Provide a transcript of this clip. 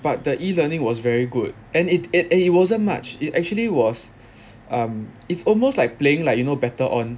but the e-learning was very good and it it it it wasn't much it actually was um it's almost like playing like you know battle on